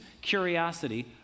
curiosity